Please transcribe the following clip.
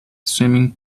swimming